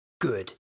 good